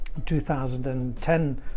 2010